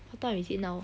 what time is it now